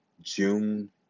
June